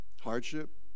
hardship